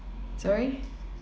sorry